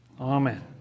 Amen